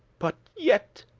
but yet,